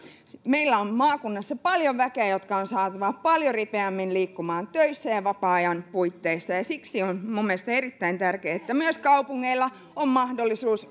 meillä on maakunnassa paljon väkeä jotka on saatava paljon ripeämmin liikkumaan töissä ja vapaa ajan puitteissa ja ja siksi on mielestäni erittäin tärkeää että myös kaupungeilla on mahdollisuus